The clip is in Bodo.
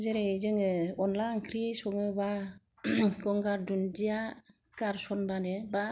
जेरै जोङो अनला ओंख्रि सङोबा गंगार धुनदिया गारसनबानो बा